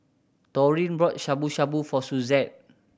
Taurean bought Shabu Shabu for Suzette